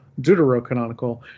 deuterocanonical